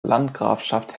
landgrafschaft